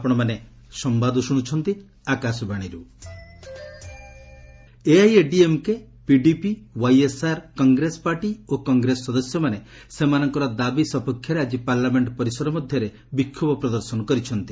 opposition protest AIADMK PDP YSR Congress party ଓ କଂଗ୍ରେସ ସଦସ୍ୟମାନେ ସେମାନଙ୍କର ଦାବି ସପକ୍ଷରେ ଆଜି ପାର୍ଲାମେଣ୍ଟ ପରିସର ମଧ୍ୟରେ ବିକ୍ଷୋଭ ପ୍ରଦର୍ଶନ କରିଛନ୍ତି